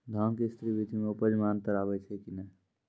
धान के स्री विधि मे उपज मे अन्तर आबै छै कि नैय?